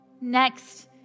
Next